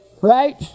right